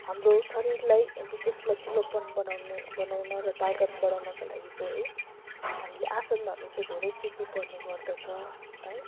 हाम्रो शरीरलाई विशेष लचिलोपन बनाउने बनाउन र तागत बढाउनका लागि चाहिँ है हामीले आसनहरू चाहिँ धेरै सिक्नु पर्ने गर्दछ है